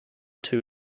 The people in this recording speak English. two